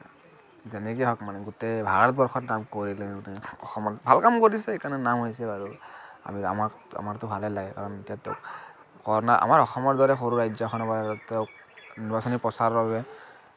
যেনেকেই হওক মানে গোটেই ভাৰতবৰ্ষত নাম কৰিলে তেওঁ অসমত ভাল কাম কৰিছে সেইকাৰণে নাম হৈছে আৰু আমাক আমাকতো ভালেই লাগে কাৰণ এতিয়াতো আমাৰ অসমৰ দৰে সৰু ৰাজ্যখনৰ পৰা তেওঁক নিৰ্বাচনী প্ৰচাৰৰ বাবে